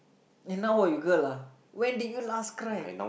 and now what you girl ah when did you last cry